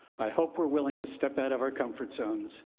i hope we're willing to step out of our comfort zones.